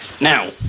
Now